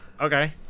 Okay